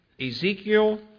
Ezekiel